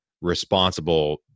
responsible